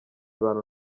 bantu